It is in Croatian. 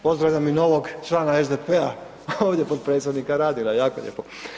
Pozdravljam i novog člana SDP-a, ovdje potpredsjednika Radina, jako lijepo.